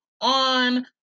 on